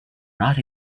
not